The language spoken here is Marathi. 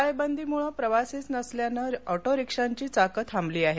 टाळेबंदीम्ळे प्रवासीच नसल्यानं ऑटोरिक्षांची चाके थांबली आहेत